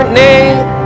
name